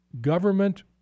government